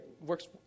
works